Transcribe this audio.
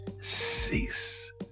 cease